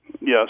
Yes